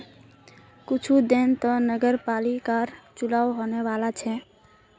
कुछू दिनत नगरपालिकर चुनाव होने वाला छ